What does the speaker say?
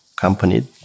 company